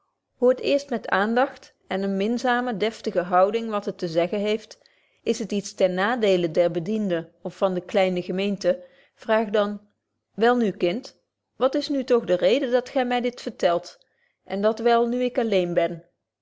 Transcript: boven hoort eerst met aandagt en eene minzame deftige houding wat het te zeggen heeft is het iets ten nadeele der bedienden of van de kleine gemeinte vraagt dan wel nu kind wat is nu toch de reden dat gy my dit vertelt en betje wolff proeve over de opvoeding dat wel nu ik alleen ben